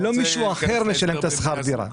ולא שמישהו אחר משלם את שכר הדירה.